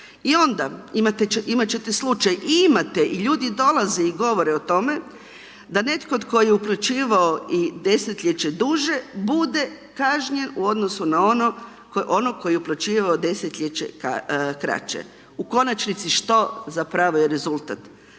I onda imati ćete slučaj i imate i ljudi dolaze i govore o tome, da netko tko je uplaćivao i desetljeće duže bude kažnjen u odnosu na onog koji je uplaćivao desetljeće kraće. U konačnici što zapravo je rezultat.